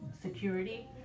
security